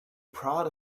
proud